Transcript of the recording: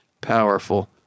powerful